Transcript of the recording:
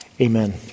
amen